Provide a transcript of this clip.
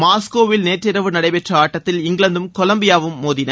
மாஸ்கோவில் நேற்றிரவு நடைபெற்ற ஆட்டத்தில் இங்கிலாந்தும் கொலம்பியாவும் மோதின